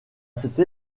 cette